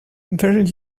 very